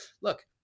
look